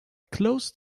close